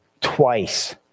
twice